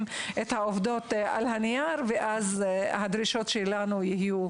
את העובדות על הנייר ואז הדרישות שלנו יהיו